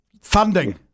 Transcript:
Funding